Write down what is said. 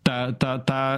tą tą tą